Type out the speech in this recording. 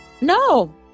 No